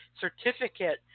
certificate